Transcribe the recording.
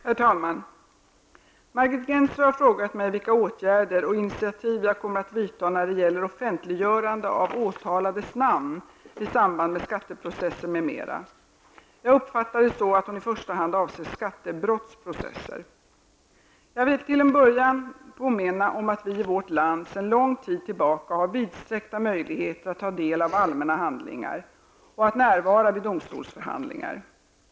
Herr talman! Margit Gennser har frågat mig vilka åtgärder och initiativ jag kommer att vidta när det gäller offentliggörande av åtalades namn i samband med skatteprocesser m.m. Jag uppfattar det så att hon i första hand avser skattebrottsprocesser. Jag vill till en början påminna om att vi i vårt land sedan lång tid tillbaka har vidsträckta möjligheter att ta del av allmänna handlingar och att närvara vid domstolsförhandlingar.